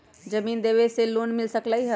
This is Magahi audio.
जमीन देवे से लोन मिल सकलइ ह?